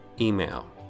email